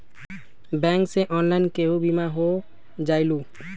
Bank से online केहु बिमा हो जाईलु?